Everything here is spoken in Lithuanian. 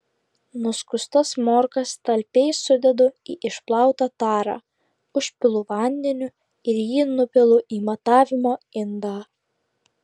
nuskustas morkas talpiai sudedu į išplautą tarą užpilu vandeniu ir jį nupilu į matavimo indą